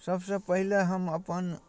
सबसँ पहिले हम अपन